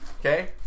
Okay